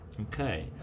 Okay